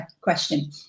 question